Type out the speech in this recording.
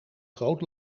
groot